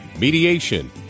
mediation